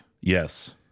Yes